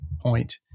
point